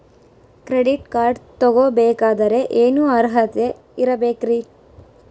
Credit card ತೊಗೋ ಬೇಕಾದರೆ ಏನು ಅರ್ಹತೆ ಇರಬೇಕ್ರಿ?